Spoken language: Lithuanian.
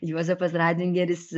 juozapas ratzingeris